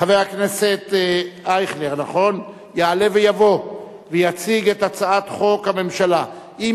חבר הכנסת אייכלר יעלה ויבוא ויציג את הצעת חוק הממשלה (תיקון,